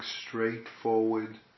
straightforward